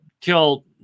kill